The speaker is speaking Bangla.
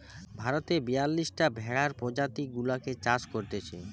ভারতে বিয়াল্লিশটা ভেড়ার প্রজাতি গুলাকে চাষ করতিছে